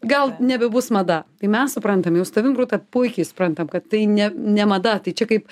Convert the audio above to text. gal nebebus mada tai mes suprantam jau su tavim rūta puikiai suprantam kad tai ne ne mada tai čia kaip